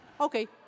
Okay